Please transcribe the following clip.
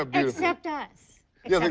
ah but except us. yes, like